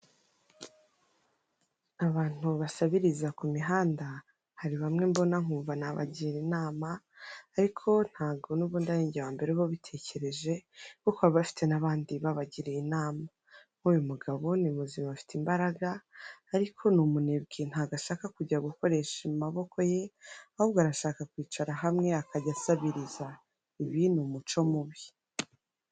Abantu basabiriza ku mihanda, hari bamwe mbona nkumva nabagira inama ariko ntago n'ubundi ari nge wambere uba ubitekereje kuko baba bafite n'abandi babagiriye inama, nk'uyu mugabo ni muzima afite imbaraga ariko ni umunebwe, ntabwo ashaka kujya gukoresha amaboko ye, ahubwo arashaka kwicara hamwe akajya asabiriza, ibi ni umuco mubi.